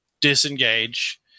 disengage